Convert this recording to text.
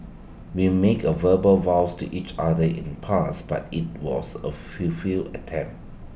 we make A verbal vows to each other in the past but IT was A full feel attempt